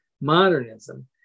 modernism